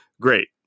Great